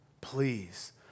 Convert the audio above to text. Please